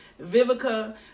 Vivica